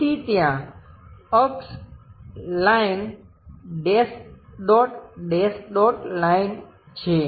તેથી ત્યાં અક્ષ line dash dot dash dot line છે